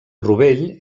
rovell